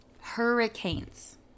hurricanes